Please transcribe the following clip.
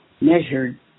measured